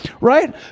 Right